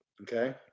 okay